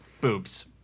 boobs